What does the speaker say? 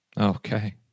Okay